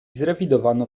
zrewidowano